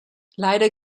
leider